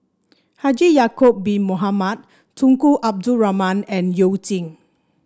Haji Ya'acob Bin Mohamed Tunku Abdul Rahman and You Jin